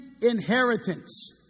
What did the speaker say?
inheritance